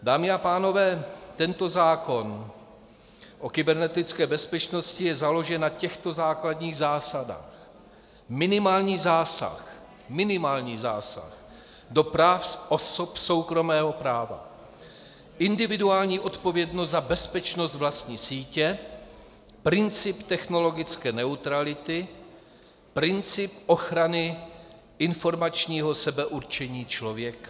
Dámy a pánové, tento zákon o kybernetické bezpečnosti je založen na těchto základních zásadách: minimální zásah, minimální zásah do práv osob soukromého práva, individuální odpovědnost za bezpečnost vlastní sítě, princip technologické neutrality, princip ochrany informačního sebeurčení člověka.